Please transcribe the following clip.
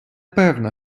певна